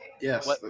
Yes